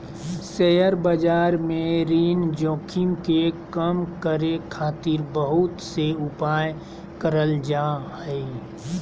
share बाजार में ऋण जोखिम के कम करे खातिर बहुत से उपाय करल जा हय